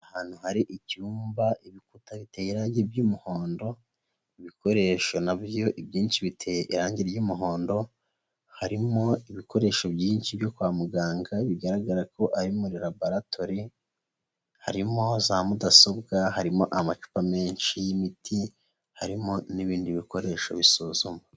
Ahantu hari icyumba ibikuta biteye irangi by'umuhondo, ibikoresho na byo ibyinshi biteye irangi ry'umuhondo, harimo ibikoresho byinshi byo kwa muganga, bigaragara ko ari muri laboratory, harimo za mudasobwa, harimo amacupa menshi y'imiti, harimo n'ibindi bikoresho bisuzuma.